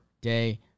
day